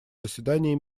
заседании